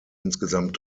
insgesamt